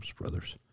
Brothers